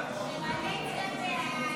כהצעת הוועדה,